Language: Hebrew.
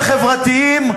מי, זה מראה כמה אתם חברתיים.